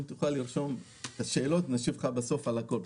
אם תוכל לרשום את השאלות אני אשיב לך בסוף על הכול.